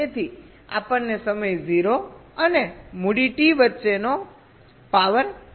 તેથી આપણને સમય 0 અને મૂડી T વચ્ચેનો પાવર માપવામાં રસ છે